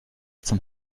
zum